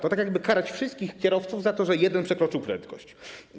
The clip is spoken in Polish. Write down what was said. To tak, jakby karać wszystkich kierowców za to, że jeden przekroczył prędkość.